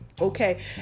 Okay